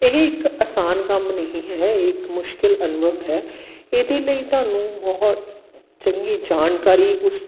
ਇਹ ਇੱਕ ਅਸਾਨ ਕੰਮ ਨਹੀਂ ਹੈ ਇਹ ਇੱਕ ਮੁਸ਼ਕਿਲ ਅਨੁਭਵ ਹੈ ਇਹਦੇ ਲਈ ਤੁਹਾਨੂੰ ਬਹੁਤ ਚੰਗੀ ਜਾਣਕਾਰੀ ਉਸ